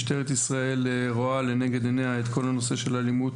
משטרת ישראל רואה לנגד עיניה את כל הנושא של אלימות